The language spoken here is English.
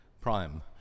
prime